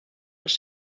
les